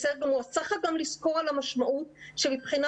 צריך גם לזכור את המשמעות של הסיפור